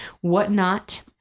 whatnot